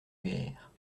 guerre